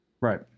Right